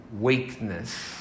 weakness